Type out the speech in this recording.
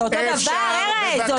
זה אותו דבר, ארז?